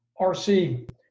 RC